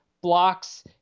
blocks